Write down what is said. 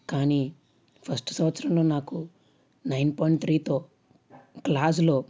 కాని ఫస్ట్ సంవత్సరంలో నాకు నైన్ పాయింట్ త్రీతో క్లాసులో